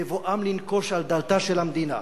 בבואם לנקוש על דלתה של המדינה,